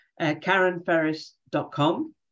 KarenFerris.com